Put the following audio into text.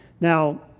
Now